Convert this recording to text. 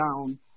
down